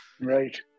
Right